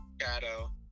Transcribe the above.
shadow